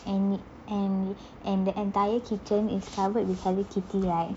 and and and the entire kitchen is covered with hello kitty right